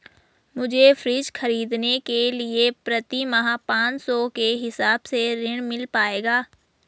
मुझे फ्रीज खरीदने के लिए प्रति माह पाँच सौ के हिसाब से ऋण मिल पाएगा?